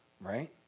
right